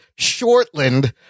Shortland